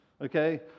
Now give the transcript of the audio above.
Okay